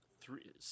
three